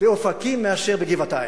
באופקים מאשר בגבעתיים.